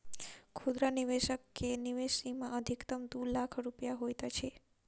खुदरा निवेशक के निवेश सीमा अधिकतम दू लाख रुपया होइत अछि